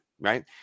right